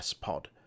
Pod